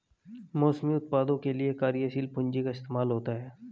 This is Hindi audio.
मौसमी उत्पादों के लिये कार्यशील पूंजी का इस्तेमाल होता है